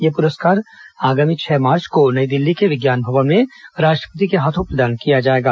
यह पुरस्कार आगामी छह मार्च को नई दिल्ली के विज्ञान भवन में राष्ट्रपति के हाथों प्रदान किया जाएगा